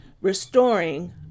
Restoring